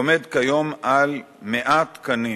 והוא עומד כיום על 100 תקנים,